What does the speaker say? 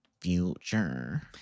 Future